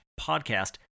podcast